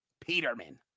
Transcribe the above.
Peterman